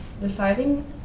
Deciding